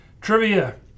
Trivia